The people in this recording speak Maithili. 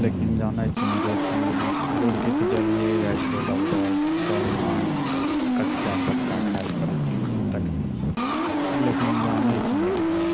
लेकिन जानै छिही रोटी रोटी तऽ जलिए जाइ छलौ लगभग कहुना कच्चा पक्का खाइलए पड़ै छलौ तखनी लेकिन जानै छिही एक बात